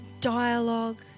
dialogue